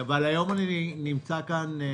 אם תצטרך מישהו